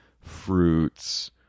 fruits